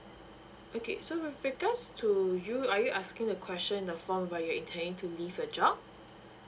okay so with regards to you are you asking the question in the form while you're intending to leave a job